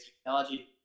Technology